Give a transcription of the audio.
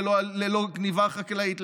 ללא גנבה חקלאית,